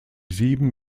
sieben